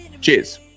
Cheers